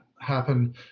happen